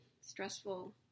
stressful